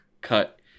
cut